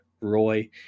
Roy